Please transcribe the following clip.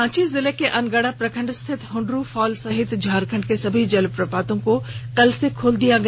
रांची जिले के अनगड़ा प्रखंड स्थित हंडरू फॉल सहित झारखंड के सभी जलप्रपातों को कल से खोल दिया गया